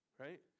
right